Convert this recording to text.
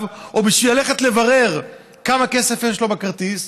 או בשביל ללכת לברר כמה כסף יש לו בכרטיס?